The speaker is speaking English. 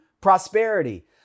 prosperity